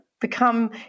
Become